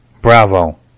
Bravo